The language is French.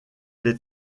les